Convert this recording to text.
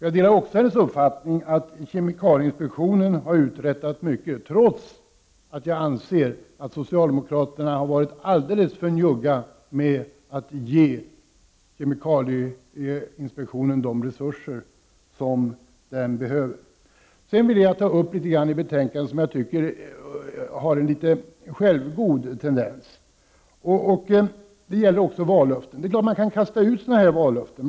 Jag delar också hennes uppfattning att kemikalieinspektionen har uträttat mycket, trots att jag anser att socialdemokraterna har varit alldeles för njugga med att ge kemikalieinspektionen de resurser den behöver. Sedan vill jag ta upp några saker i betänkandet som jag tycker har en litet självgod tendens. Det gäller också vallöften. Det är klart att man kan kasta ut sådana här vallöften.